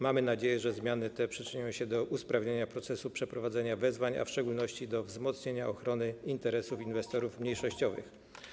Mamy nadzieję, że zmiany te przyczynią się do usprawnienia procesu przeprowadzania wezwań, a w szczególności do wzmocnienia ochrony interesów inwestorów mniejszościowych.